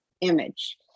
image